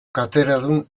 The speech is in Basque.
katedradun